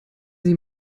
sie